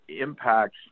impacts